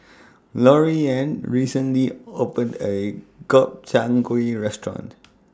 Loriann recently opened A Gobchang Gui Restaurant